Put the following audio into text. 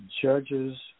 judges